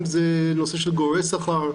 אם זה נושא של גוררי שכר,